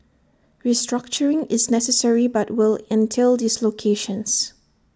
restructuring is necessary but will entail dislocations